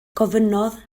gofynnodd